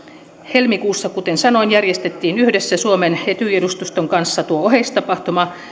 helmikuussa kuten sanoin järjestettiin yhdessä suomen etyj edustuston kanssa tuo oheistapahtuma